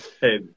Hey